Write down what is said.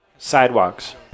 sidewalks